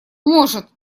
может